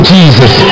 Jesus